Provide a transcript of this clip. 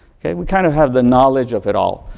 we kind of have the knowledge of it all.